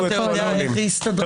היא הסתדרה.